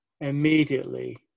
Immediately